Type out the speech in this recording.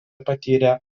patyrė